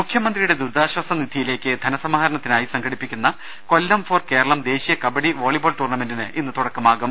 മുഖ്യമന്ത്രിയുടെ ദുരിതാശ്വാസ നിധിയിലേക്ക് ധനസമാഹരണത്തിനായി സംഘടിപ്പിക്കുന്ന കൊല്ലം ഫോർ കേരളം ദേശീയ കബഡി വോളിബോൾ ടൂർണമെന്റിന് ഇന്ന് തുടക്കമാകും